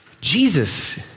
Jesus